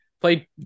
Played